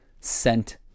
scent